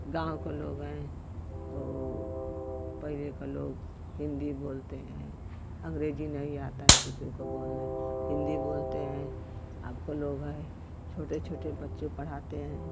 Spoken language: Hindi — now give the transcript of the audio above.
गाँव के लोग हैं वो पहले के लोग हिन्दी बोलते हैं अँग्रेजी नहीं आता है किसी को बोलने हिन्दी बोलते हैं अब के लोग हैं छोटे छोटे बच्चे पढ़ाते हैं